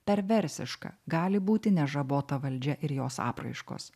perversiška gali būti nežabota valdžia ir jos apraiškos